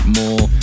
more